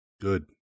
good